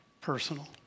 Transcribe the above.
personal